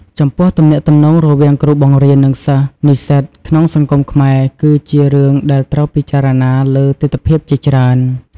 ចំពោះទំនាក់ទំនងរវាងគ្រូបង្រៀន និងសិស្សនិស្សិតក្នុងសង្គមខ្មែរ គឺជារឿងដែលត្រូវពិចារណាលើទិដ្ឋភាពជាច្រើន។